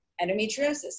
endometriosis